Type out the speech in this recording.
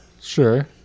Sure